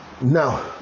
now